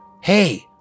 Hey